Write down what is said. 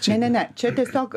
ne ne ne čia tiesiog